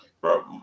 Bro